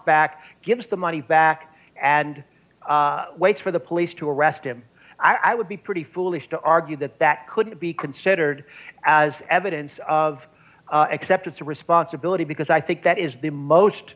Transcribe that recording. back gives the money back and waits for the police to arrest him i would be pretty foolish to argue that that couldn't be considered as evidence of acceptance of responsibility because i think that is the most